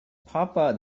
papa